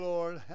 Lord